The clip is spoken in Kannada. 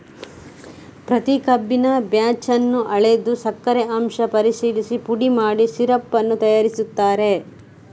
ಪ್ರತಿ ಕಬ್ಬಿನ ಬ್ಯಾಚ್ ಅನ್ನು ಅಳೆದು ಸಕ್ಕರೆ ಅಂಶ ಪರಿಶೀಲಿಸಿ ಪುಡಿ ಮಾಡಿ ಸಿರಪ್ ಅನ್ನು ತಯಾರಿಸುತ್ತಾರೆ